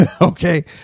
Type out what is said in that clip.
Okay